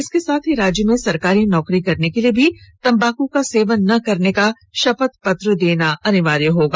इसके साथ ही राज्य में सरकारी नौकरी करने के लिए भी तम्बाकू का सेवन न करने का शपथ पत्र देना अनिवार्य होगा